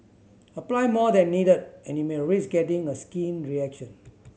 apply more than needed and you may risk getting a skin reaction